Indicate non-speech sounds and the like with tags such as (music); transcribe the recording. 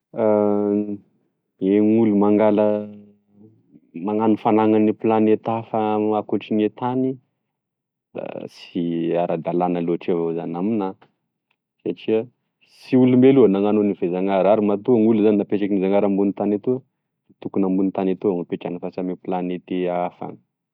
(hesitation) Gn'en'olo mangala (hesitation) magnano fananany e planeta hafa ankoatrigne tany da sy ara-dalana loatry avao zany aminah satria sy olombelo nanano enio fe zanahary matoa nolo zany napetrake zanahary ambony tany eto dtokony ambony tany etoa ipetra fa sy ame planety afa any.